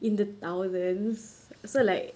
in the thousands so like